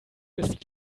ist